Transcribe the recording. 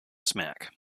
smack